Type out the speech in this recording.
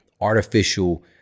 artificial